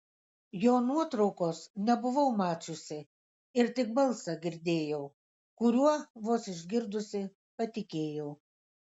jo nuotraukos nebuvau mačiusi ir tik balsą girdėjau kuriuo vos išgirdusi patikėjau